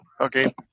Okay